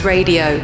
Radio